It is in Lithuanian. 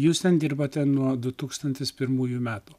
jūs ten dirbate nuo du tūkstantis pirmųjų metų